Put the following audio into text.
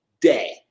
day